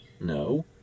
No